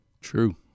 True